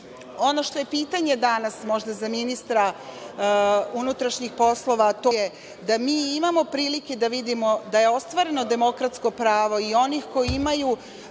što je pitanje danas, možda, za ministra unutrašnjih poslova, a to je da mi imamo prilike da vidimo da je ostvareno demokratsko pravo i onih koji imaju